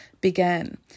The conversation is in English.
began